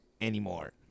anymore